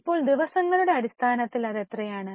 ഇപ്പോൾ ദിവസങ്ങളുടെ അടിസ്ഥാനത്തിൽ ഇത് എത്രയാണ്